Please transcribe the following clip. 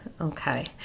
okay